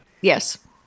Yes